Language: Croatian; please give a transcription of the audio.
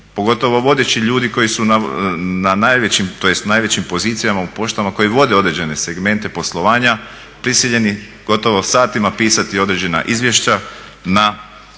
pogotovo vodeći ljudi koji su na najvećim, tj. najvećim pozicijama u poštama koji vode određene segmente poslovanja prisiljeni gotovo satima pisati određena izvješća na primjedbe